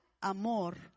amor